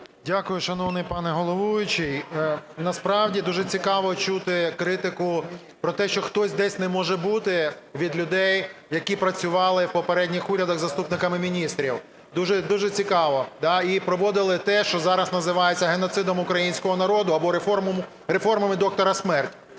Дякую, шановний пане головуючий. Насправді дуже цікаво чути критику про те, що хтось десь не може бути, від людей, які працювали у попередніх урядах заступниками міністрів, дуже цікаво, і проводили те, що зараз називається геноцидом українського народу або реформами "доктора смерть".